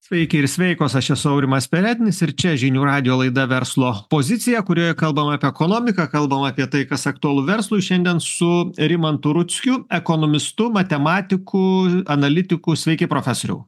sveiki ir sveikos aš esu aurimas perednis ir čia žinių radijo laida verslo pozicija kurioje kalbam apie ekonomiką kalbam apie tai kas aktualu verslui šiandien su rimantu rudzkiu ekonomistu matematiku analitiku sveiki profesoriau